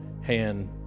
hand